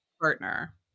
partner